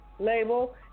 Label